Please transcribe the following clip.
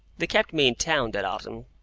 they kept me in town that autumn,